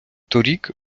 торік